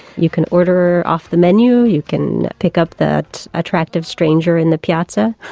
you can order off the menu, you can pick up that attractive stranger in the piazza.